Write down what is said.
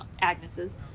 Agnes's